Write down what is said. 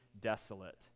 desolate